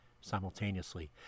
simultaneously